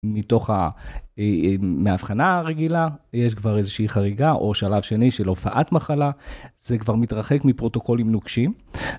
מתוך המבחנה הרגילה יש כבר איזושהי חריגה או שלב שני של הופעת מחלה, זה כבר מתרחק מפרוטוקולים נוקשים.